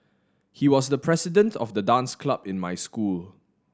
he was the president of the dance club in my school